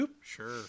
Sure